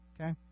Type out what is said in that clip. okay